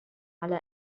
على